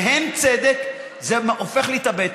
בהן צדק: זה הופך לי את הבטן.